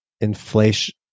inflation